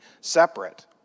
separate